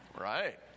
Right